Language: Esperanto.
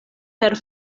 per